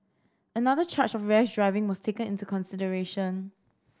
another charge of rash driving was taken into consideration